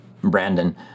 Brandon